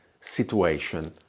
situation